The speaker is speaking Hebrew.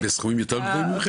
ובסכומים יותר גבוהים ממכם?